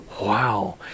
Wow